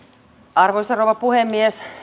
arvoisa rouva puhemies